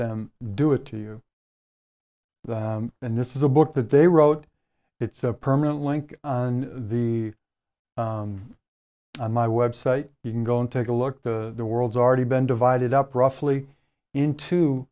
them do it to you and this is a book that they wrote it's a permanent link on the on my web site you can go and take a look the world's already been divided up roughly